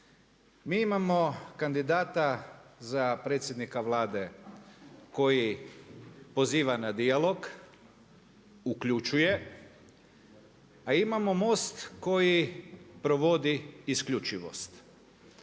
Mi imamo kandidata za predsjednika Vlade koji poziva na dijalog, uključuje a imamo MOST koji provodi isključivost.